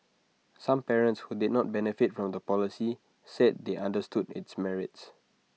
some parents who did not benefit from the policy said they understood its merits